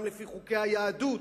גם לפי חוקי היהדות,